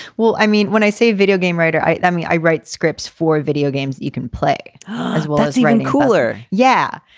well, i mean, when i say videogame writer, i mean, i write scripts for videogames. you can play as well as you can. cooler. yeah.